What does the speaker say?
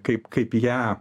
kaip kaip ją